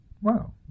Wow